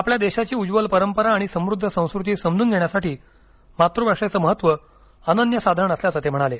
आपल्या देशाची उज्ज्वल परंपरा आणि समृद्ध संस्कृती समजून घेण्यासाठी मातूभाषेचं महत्त्व अनन्यसाधारण असल्याचं ते म्हणाले